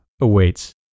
awaits